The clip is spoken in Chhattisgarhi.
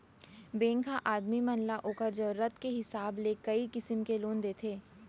बेंक ह आदमी मन ल ओकर जरूरत के हिसाब से कई किसिम के लोन देथे